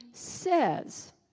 says